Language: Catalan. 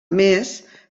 més